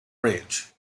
rich